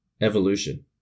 Evolution